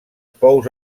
pous